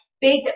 big